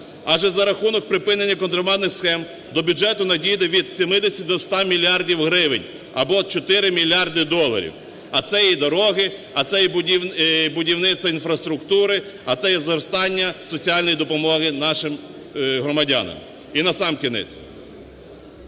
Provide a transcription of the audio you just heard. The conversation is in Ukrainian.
адже за рахунок припинення контрабандних схем до бюджету надійде від 70 до 100 мільярдів гривень або 4 мільярди доларів, а це і дороги, а це й будівництво інфраструктури, а це й зростання соціальної допомоги нашим громадянам. І насамкінець...